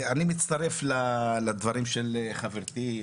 אני מצטרף לדברים של חברתי.